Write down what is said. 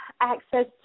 access